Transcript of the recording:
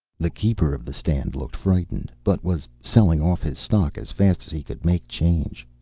the keeper of the stand looked frightened, but was selling off his stock as fast as he could make change.